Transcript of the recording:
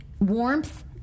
warmth